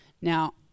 Now